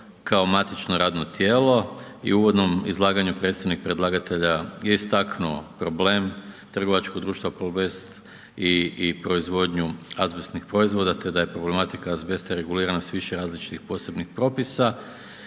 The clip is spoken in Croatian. kao matično radno tijelo i u uvodnom izlaganju predstavnik predlagatelja je istaknuo problem trgovačkog društva Plobest d.d. i proizvodnju azbestnih proizvoda te da je problematika azbesta regulirana sa više različitih posebnih propisa